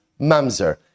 Mamzer